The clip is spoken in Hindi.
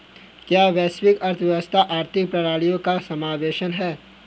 क्या वैश्विक अर्थव्यवस्था आर्थिक प्रणालियों का समावेशन है?